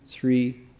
three